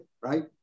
right